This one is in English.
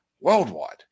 worldwide